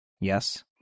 Yes